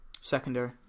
Secondary